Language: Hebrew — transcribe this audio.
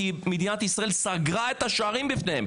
כי מדינת ישראל סגרה את השערים בפניהם.